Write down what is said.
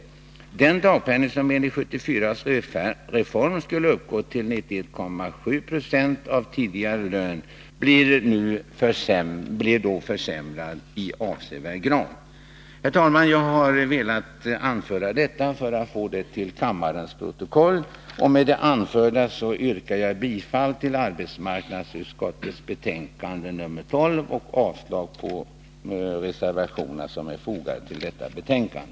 Den dagpenning som enligt 1974 års reform skulle uppgå till 91,7 26 av tidigare lön blir då försämrad i avsevärd grad. Herr talman! Jag har velat anföra detta för att få det till kammarens protokoll. Med det anförda yrkar jag bifall till arbetsmarknadsutskottets hemställan i dess betänkande 12 och avslag på de reservationer som är fogade till detta betänkande.